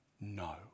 no